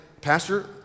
Pastor